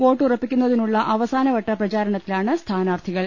വോട്ടുറപ്പി ക്കുന്നതിനുള്ള അവസാനവട്ട പ്രചാരണത്തിലാണ് സ്ഥാനാർത്ഥികൾ